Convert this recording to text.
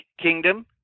Kingdom